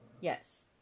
Yes